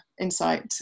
Insight